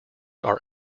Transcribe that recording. are